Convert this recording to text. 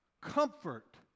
comfort